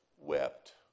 wept